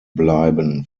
bleiben